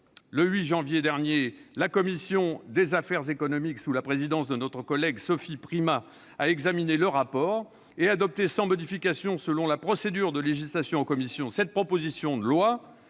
Le 8 janvier dernier, la commission des affaires économiques, sous la présidence de notre collègue Sophie Primas, a examiné le rapport et adopté sans modification, selon la procédure de législation en commission, cette proposition de loi.